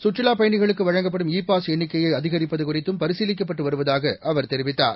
சுற்றுலாப் பயணிகளுக்கு வழங்கப்படும் இ பாஸ் எண்ணிக்கையை அதிகரிப்பது குறித்தும் பரிசீலிக்கப்பட்டு வருவதாக அவர் தெரிவித்தார்